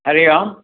हरिः ओम्